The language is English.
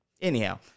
Anyhow